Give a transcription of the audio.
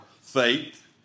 faith